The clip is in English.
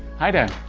hi there,